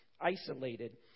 isolated